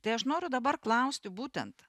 tai aš noriu dabar klausti būtent